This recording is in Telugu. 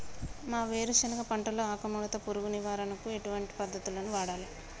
మా వేరుశెనగ పంటలో ఆకుముడత పురుగు నివారణకు ఎటువంటి పద్దతులను వాడాలే?